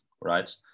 right